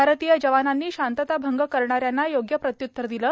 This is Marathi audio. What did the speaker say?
भारतीय जवानांनी शांतता भंग करणाऱ्यांना योग्य प्रत्यूत्तर दिलं